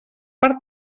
per